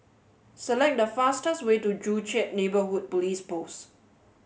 select the fastest way to Joo Chiat Neighbourhood Police Post